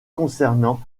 concernant